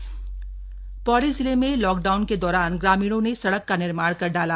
पौड़ी सड़क पौड़ी जिले में लाकडाउन के दौरान ग्रामीणों ने सड़क का निर्माण कर डाला